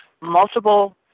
multiple